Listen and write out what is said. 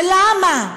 ולמה?